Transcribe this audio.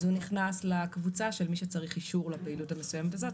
אז הוא נכנס לקבוצה של מי שקשור לפעילות המסוימת הזאת,